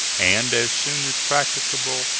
and as soon as practicable,